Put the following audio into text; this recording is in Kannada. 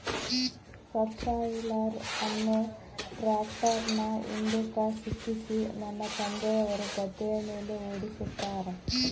ಸಬ್ಸಾಯಿಲರ್ ಅನ್ನು ಟ್ರ್ಯಾಕ್ಟರ್ನ ಹಿಂದುಕ ಸಿಕ್ಕಿಸಿ ನನ್ನ ತಂದೆಯವರು ಗದ್ದೆಯ ಮೇಲೆ ಓಡಿಸುತ್ತಾರೆ